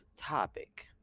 topic